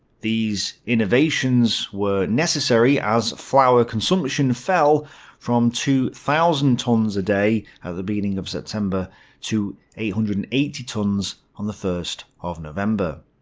these innovations were necessary, as flour consumption fell from two thousand tonnes a day at the beginning of september to eight hundred and eighty tonnes on the first of november.